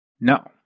no